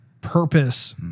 purpose